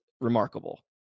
remarkable